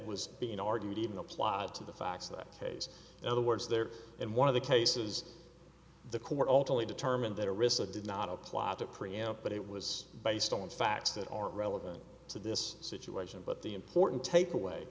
was being argued even applied to the facts that case other words there in one of the cases the court ultimately determined that arista did not apply to preempt but it was based on facts that are relevant to this situation but the important takeaway